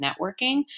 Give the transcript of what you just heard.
networking